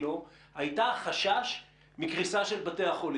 הייתה החשש מקריסה של בתי החולים.